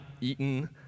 eaten